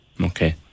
Okay